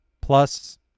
plus